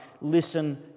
listen